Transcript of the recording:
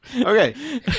Okay